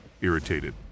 irritated